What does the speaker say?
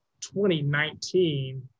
2019